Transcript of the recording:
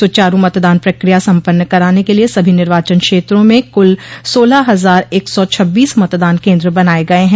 सुचारू मतदान प्रक्रिया सम्पन्न कराने के लिये सभी निर्वाचन क्षेत्रों में कुल सोलह हज़ार एक सौ छब्बीस मतदान केन्द्र बनाये गये हैं